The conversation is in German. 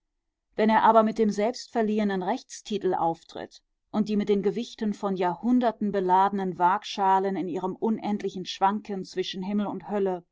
wenn er aber mit dem selbstverliehenen rechtstitel auftritt und die mit den gewichten von jahrhunderten beladenen wagschalen in ihrem unendlichen schwanken zwischen himmel und hölle